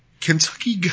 Kentucky